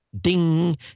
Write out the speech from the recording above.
ding